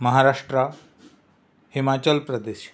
Maharashtra Himachal Pradesh